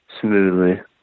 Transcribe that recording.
smoothly